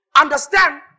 understand